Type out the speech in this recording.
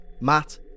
Matt